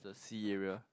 that's a sea area